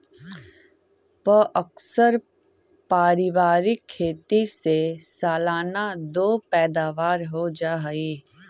प्अक्सर पारिवारिक खेती से सालाना दो पैदावार हो जा हइ